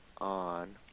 on